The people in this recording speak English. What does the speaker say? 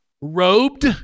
robed